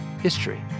history